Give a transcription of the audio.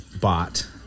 bot